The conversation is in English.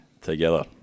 together